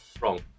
Wrong